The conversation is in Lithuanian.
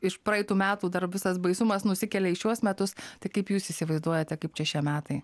iš praeitų metų dar visas baisumas nusikelia į šiuos metus tai kaip jūs įsivaizduojate kaip čia šie metai